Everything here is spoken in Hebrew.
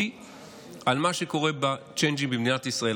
על מה שקורה בצ'יינג'ים במדינת ישראל.